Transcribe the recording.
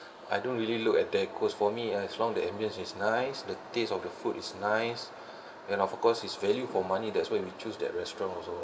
I don't really look at decors for me uh as long the ambience is nice the taste of the food is nice then of course is value for money that's why we choose that restaurant also